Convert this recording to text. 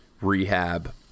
rehab